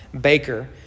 baker